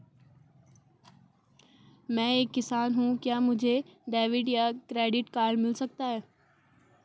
मैं एक किसान हूँ क्या मुझे डेबिट या क्रेडिट कार्ड मिल सकता है?